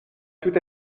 tout